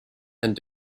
and